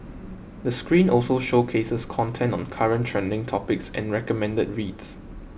the screen also showcases content on current trending topics and recommended reads